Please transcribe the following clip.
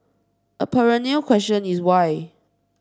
a perennial question is why